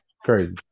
crazy